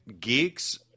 geeks